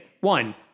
One